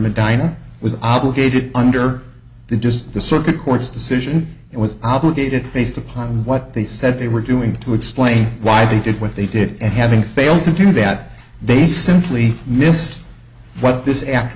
medina was obligated under the just the circuit court's decision it was obligated based upon what they said they were doing to explain why they did what they did and having failed to do that they simply missed what this a